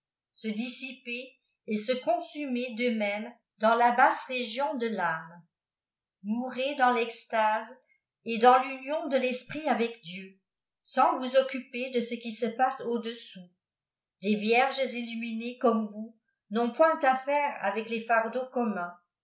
se dissiper et se consumer deux mêmes dans la basse région de l âme mourez dans rextnsç et dans l'union de iiesprjt avçe dieu sans vou occuper de ue qui se pase au-dessous des tierges ijjqioinées compie vous n'ont point affaire avec les fardeaui communs